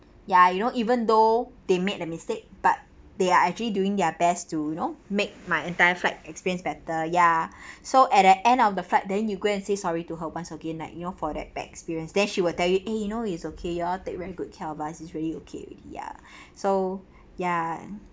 ya you know even though they made the mistake but they are actually doing their best to you know make my entire flight experience better ya so at the end of the flight then you go and say sorry to her once again like you know for that bad experience then she will tell you eh you know it's okay you all take very good care of us is really okay ya so ya